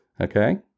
Okay